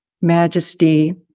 majesty